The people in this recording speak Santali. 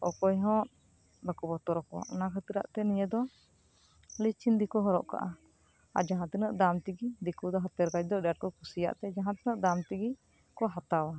ᱚᱠᱚᱭ ᱦᱚᱸ ᱵᱟᱠᱚ ᱵᱚᱛᱚᱨ ᱟᱠᱚᱣᱟ ᱚᱱᱟ ᱠᱷᱟᱹᱛᱤᱨᱟᱜ ᱛᱮ ᱱᱤᱭᱟᱹ ᱫᱚ ᱱᱤᱥᱪᱤᱱᱛᱤ ᱠᱚ ᱦᱚᱨᱚᱜ ᱠᱟᱜᱼᱟ ᱟᱨ ᱡᱟᱦᱟᱸ ᱛᱤᱱᱟᱹᱜ ᱫᱟᱢ ᱛᱮᱜᱮ ᱫᱤᱠᱩ ᱫᱚ ᱦᱟᱛᱮᱨ ᱟᱹᱰᱤ ᱟᱸᱴ ᱠᱚ ᱠᱩᱥᱤᱭᱟᱜ ᱛᱮ ᱡᱟᱦᱟᱸ ᱛᱤᱱᱟᱜ ᱫᱟᱢ ᱛᱮᱜᱮ ᱠᱚ ᱦᱟᱛᱟᱣᱟ